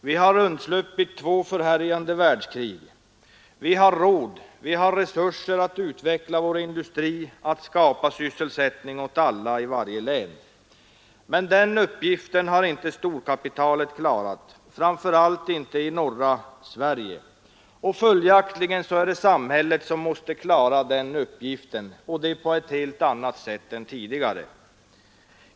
Vi har undsluppit två förhärjande världskrig. Vi har råd, vi har resurser att utveckla vår industri, att skapa sysselsättning åt alla i varje län. Men den uppgiften har inte storkapitalet klarat — framför allt inte i norra Sverige, Följaktligen är det samhället som måste klara den uppgiften och det på ett helt annat sätt än tidigare.